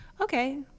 Okay